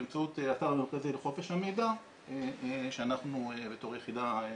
באמצעות אתר מרכזי לחופש המידע שאנחנו בתור יחידה מנהלים.